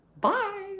Bye